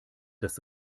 das